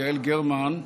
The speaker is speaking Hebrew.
יעל גרמן,